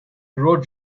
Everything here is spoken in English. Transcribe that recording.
road